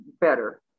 better